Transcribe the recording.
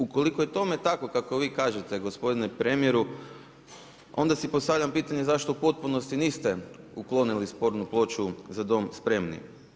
Ukoliko je tome tako kako vi kažete gospodine premijeru onda si postavljam pitanje zašto u potpunosti niste uklonili spornu ploču „Za dom spremni“